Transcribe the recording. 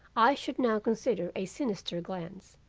i should now consider a sinister glance.